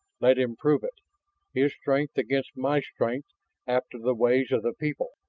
let him prove it his strength against my strength after the ways of the people!